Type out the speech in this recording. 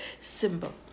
symbol